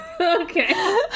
Okay